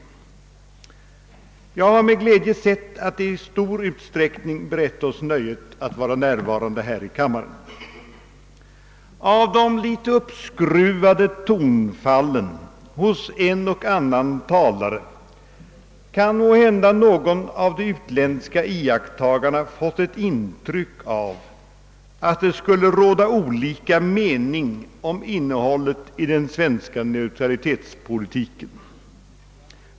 Jag har med glädje sett att de i så stor utsträckning berett oss nöjet att vara närvarande på läktaren. Av det litet uppskruvade tonfallet hos en och annan talare kan måhända någon av de utländska iakttagarna ha fått ett intryck av att det skulle råda olika meningar om innehållet i den svenska neutralitetspolitiken.